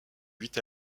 huit